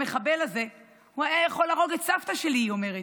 המחבל הזה היה יכול להרוג את סבתא שלי, היא אומרת.